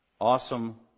awesome